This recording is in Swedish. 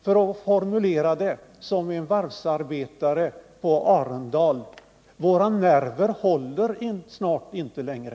För att formulera det som en varvsarbetare på Arendal sade: Våra nerver håller snart inte längre.